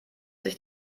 sich